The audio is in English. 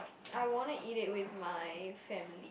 I wanna eat it with my family